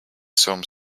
some